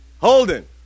Holden